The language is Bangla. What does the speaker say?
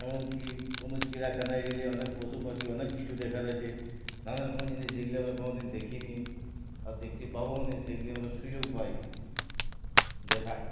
এমন কি কোনো চিড়িয়াখানায় গেলে অনেক পশু পাখি অনেক কিছু দেখার আছে নানারকমের জিনিস যেগুলি আমরা কোনো দিন দেখিনি আর দেখতে পাবও না সেগুলি আমরা সুযোগ পাই দেখার